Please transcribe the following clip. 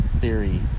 theory